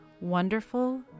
Wonderful